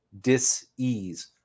dis-ease